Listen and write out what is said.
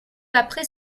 après